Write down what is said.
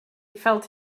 felt